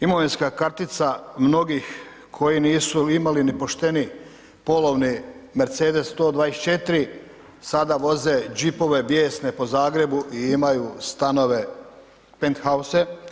Imovinska kartica mnogih koji nisu imali ni pošteni polovni Mercedes 124, sada voze Jeep-ove bijesne po Zagrebu i imaju stanove Penthouse.